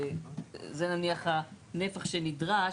ונניח שזה הנפח שנדרש,